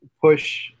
push